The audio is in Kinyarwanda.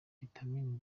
vitamini